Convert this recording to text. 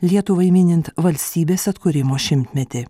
lietuvai minint valstybės atkūrimo šimtmetį